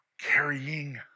Carrying